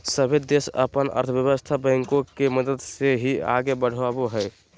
सभे देश अपन अर्थव्यवस्था बैंको के मदद से ही आगे बढ़ावो हय